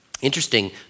Interesting